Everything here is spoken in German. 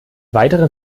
weiteren